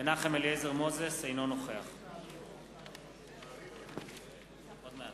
אינו נוכח אני רוצה להצביע, אדוני.